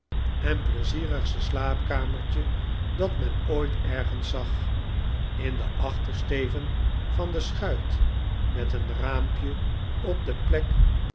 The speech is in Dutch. en pleizierigste slaapkamertje dat men ooit ergens zag in den achtejsteven van de schuit met een raampje op de plek